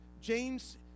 James